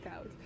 out